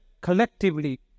collectively